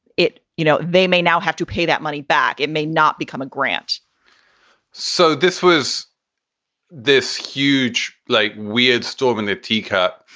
it you know, they may now have to pay that money back. it may not become a grant so this was this huge, like weird storm in a teacup,